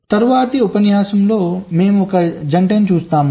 తరువాతి ఉపన్యాసంలో మేము ఒక జంటను చూస్తాము